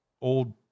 old